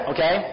Okay